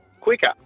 quicker